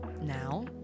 Now